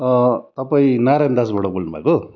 तपाईँ नारायण दासबाट बोल्नुभएको हो